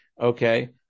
okay